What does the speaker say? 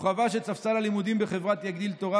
הוא חבש את ספסל הלימודים בחברת יגדיל תורה,